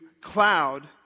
cloud